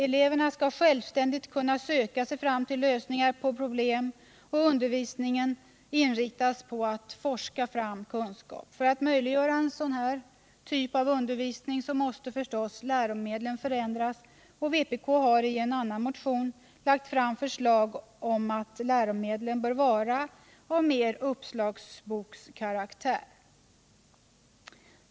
Eleverna skall självständigt kunna söka sig fram till lösningar på problem, och undervisningen skall inriktas på att forska fram kunskap. För att möjliggöra en sådan undervisning måste läromedlen förändras, och vpk har i en annan motion lagt fram förslag om att läromedlen bör vara mer av uppslagsbokskaraktär.